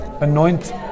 anoint